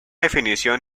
definición